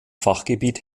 fachgebiet